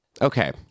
Okay